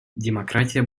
демократия